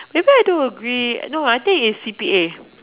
maybe I do agree no I think it's C_P_A